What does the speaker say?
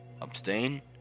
Abstain